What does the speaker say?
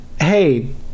hey